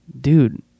dude